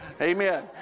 Amen